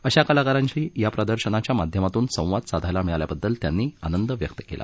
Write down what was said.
अशा कलाकारांशी या प्रदर्शनाच्या माध्यमातून संवाद साधायला मिळाल्याबद्दल त्यांनी आनंद व्यक्त केला